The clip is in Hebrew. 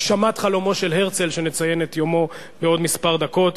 הגשמת חלומו של הרצל שנציין את יומו בעוד מספר דקות.